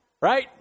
Right